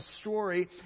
story